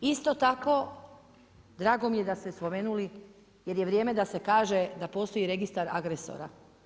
Isto tako, drago mi je da ste spomenuli, jer je vrijeme da se kaže da postoji registar agresora.